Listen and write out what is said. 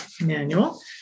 manual